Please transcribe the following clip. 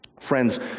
Friends